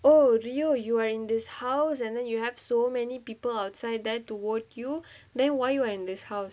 oh do you you are in this house and then you have so many people outside there to hurt you then why you i~ in this house